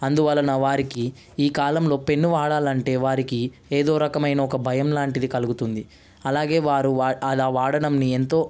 అందువలన వారికి ఈ కాలంలో పెన్ను వాడాలంటే వారికి ఏదో రకమైన ఒక భయం లాంటిది కలుగుతుంది అలాగే వారు అలా వాడడంని ఎంతో